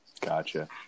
Gotcha